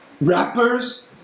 Rappers